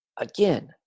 Again